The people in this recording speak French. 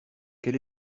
quel